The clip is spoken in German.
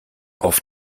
auf